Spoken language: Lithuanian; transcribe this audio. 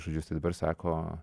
žodžius tai dabar sako